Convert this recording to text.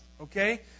okay